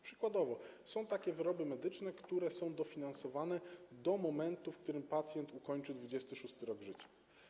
Przykładowo, są takie wyroby medyczne, które są dofinansowywane do momentu, w którym pacjent ukończy 26. rok życia.